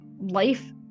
life